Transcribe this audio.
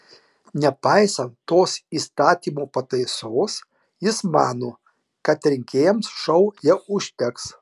nepaisant tos įstatymo pataisos jis mano kad rinkėjams šou jau užteks